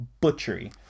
butchery